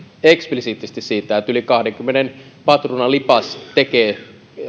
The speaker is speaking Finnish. eksplisiittisesti siitä että yli kahdenkymmenen patruunan lipas tekee